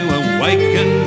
awaken